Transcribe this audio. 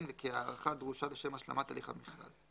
וכי ההארכה דרושה לשם השלמת הליך המכרז."